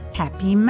happy